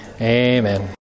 Amen